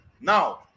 now